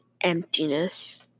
emptiness